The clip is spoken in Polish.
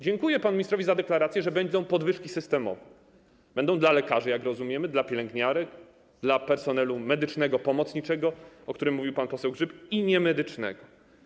Dziękuję panu ministrowi za deklaracje, że będą podwyżki systemowe, będą - jak rozumiem - dla lekarzy, dla pielęgniarek, dla personelu medycznego pomocniczego, o którym mówił pan poseł Grzyb, i niemedycznego.